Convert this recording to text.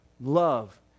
Love